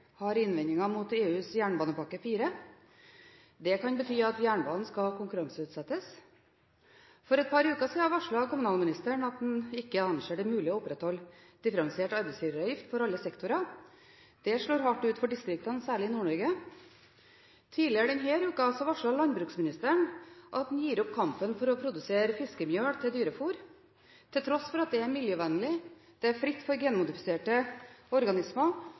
har innvendinger mot EUs jernbanepakke IV. Det kan bety at jernbanen skal konkurranseutsettes. For et par uker siden varslet kommunalministeren at en ikke anser det mulig å opprettholde differensiert arbeidsgiveravgift for alle sektorer. Det slår hardt ut for distriktene, særlig i Nord-Norge. Tidligere denne uka varslet landbruksministeren at en gir opp kampen for å produsere fiskemjøl til dyrefôr, til tross for at det er miljøvennlig, at det er fritt for genmodifiserte organismer,